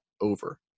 over